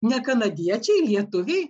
ne kanadiečiai lietuviai